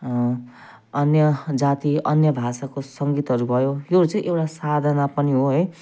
अन्य जाति अन्य भाषाको सङ्गीतहरू भयो त्योहरू चाहिँ एउटा साधना पनि हो है